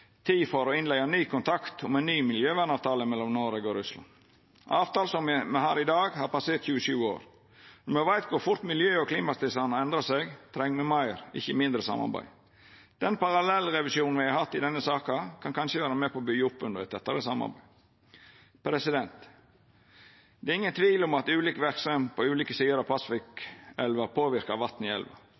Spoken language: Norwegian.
ein ny miljøvernavtale mellom Noreg og Russland. Avtalen me har i dag, har passert 27 år. Når me veit kor fort miljø- og klimatilstanden har endra seg, treng me meir samarbeid, ikkje mindre. Den parallellrevisjonen me har hatt i denne saka, kan kanskje vera med på å byggja opp under eit tettare samarbeid. Det er ingen tvil om at ulik verksemd på ulike sider av Pasvikelva påverkar vatnet i elva. Me veit at det er høge verdiar av nikkel og kopar i elva,